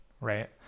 right